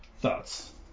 thoughts